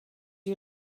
you